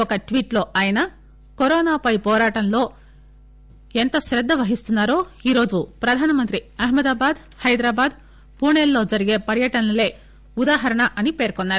ఒక ట్వీట్ లో ఆయన కరోనా పై పోరాటంలో ఎంత శ్రద్ద వహిస్తున్నారో ఈ రోజు ప్రధానమంత్రి అహ్మదాబాద్ హైదరాబాద్ పూణెల్లో జరిగే పర్వటనలే ఉదాహరణ అని పేర్కొన్నారు